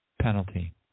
penalty